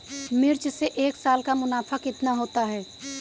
मिर्च से एक साल का मुनाफा कितना होता है?